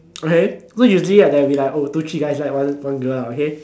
okay so usually right there'll be like oh two three guys like one one girl lah okay